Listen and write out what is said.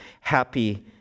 happy